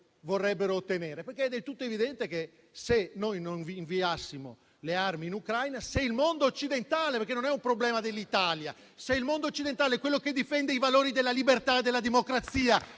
vorrebbero ottenere? È infatti del tutto evidente che se noi non inviassimo le armi in Ucraina, se il mondo occidentale - perché non è un problema solo dell'Italia - quello che difende i valori della libertà e della democrazia